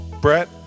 Brett